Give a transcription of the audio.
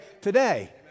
today